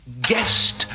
guest